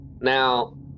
now